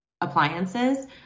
appliances